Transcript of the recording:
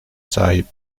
sahip